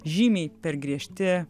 žymiai per griežti